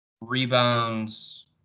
rebounds